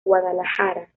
guadalajara